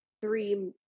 three